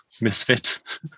misfit